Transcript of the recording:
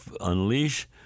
unleash